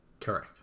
Correct